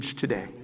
today